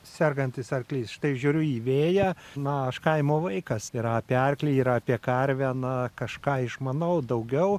sergantis arklys štai žiūriu į vėją na aš kaimo vaikas ir apie arklį ir apie karvę na kažką išmanau daugiau